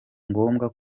ngombwa